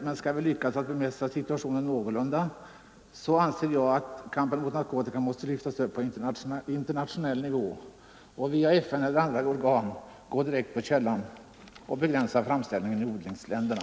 Men jag anser att skall vi lyckas bemästra situationen någorlunda måste kampen mot narkotika lyftas upp på internationell nivå, så att man via FN eller andra organ går direkt på källan och begränsar framställningen i odlingsländerna.